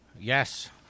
Yes